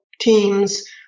teams